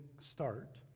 start